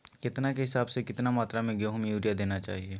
केतना के हिसाब से, कितना मात्रा में गेहूं में यूरिया देना चाही?